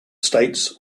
states